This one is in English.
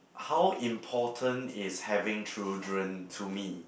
how important is having children to me